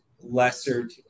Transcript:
lesser